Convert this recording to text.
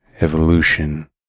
evolution